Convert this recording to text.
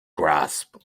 grasp